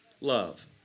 love